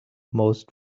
most